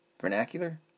vernacular